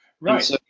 Right